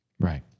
Right